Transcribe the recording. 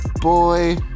Boy